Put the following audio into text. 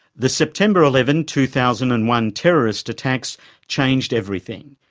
the september eleven, two thousand and one terrorist attacks changed everything,